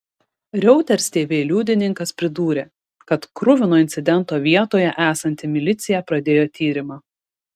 reuters tv liudininkas pridūrė kad kruvino incidento vietoje esanti milicija pradėjo tyrimą